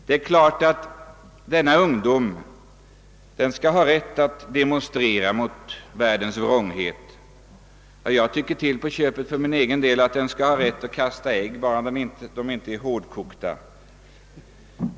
Det är klart att denna ungdom skall ha rätt att demonstrera mot världens vrånghet; jag tycker till på köpet för egen del att den skall ha rätt att kasta ägg, bara de inte är hårdkokta.